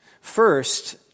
First